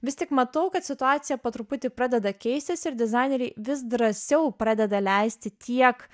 vis tik matau kad situacija po truputį pradeda keistis ir dizaineriai vis drąsiau pradeda leisti tiek